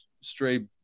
stray